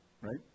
Right